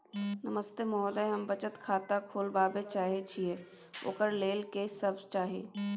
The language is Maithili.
नमस्ते महोदय, हम बचत खाता खोलवाबै चाहे छिये, ओकर लेल की सब चाही?